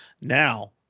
Now